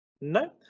No